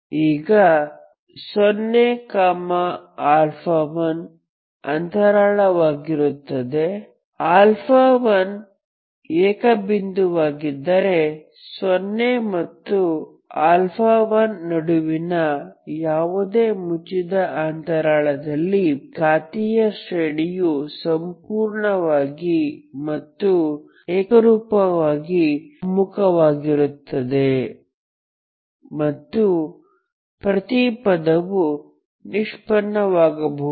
ಈಗ 0 α1 ಅಂತರಾಳವಾಗಿರುತ್ತದೆ α1 ಏಕ ಬಿಂದುವಾಗಿದ್ದರೆ 0 ಮತ್ತು α1 ನಡುವಿನ ಯಾವುದೇ ಮುಚ್ಚಿದ ಅಂತರಾಳದಲ್ಲಿ ಘಾತೀಯ ಶ್ರೇಣಿಯು ಸಂಪೂರ್ಣವಾಗಿ ಮತ್ತು ಏಕರೂಪವಾಗಿ ಒಮ್ಮುಖವಾಗಿರುತ್ತದೆ ಮತ್ತು ಪ್ರತಿ ಪದವು ನಿಷ್ಪನ್ನವಾಗಬಹುದು